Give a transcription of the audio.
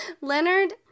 Leonard